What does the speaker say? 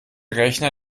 rechner